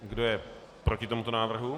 Kdo je proti tomuto návrhu?